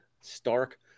Stark